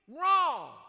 wrong